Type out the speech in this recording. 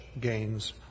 gains